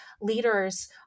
leaders